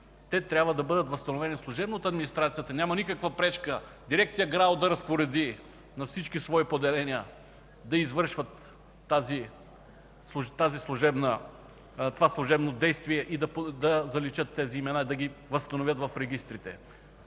Те трябва да бъдат възстановени служебно от администрацията. Няма никаква пречка Дирекция ГРАО да разпореди на всички свои поделения да извършват това служебно действие и да заличат тези имена, да ги възстановят в регистрите.